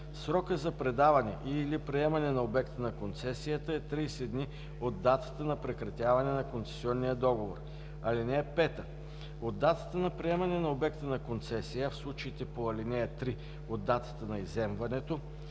Срокът за предаване и/или приемане на обекта на концесията е 30 дни от датата на прекратяване на концесионния договор. (5) От датата на приемане на обекта на концесията, а в случаите по ал. 3 – от датата на изземването: